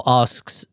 asks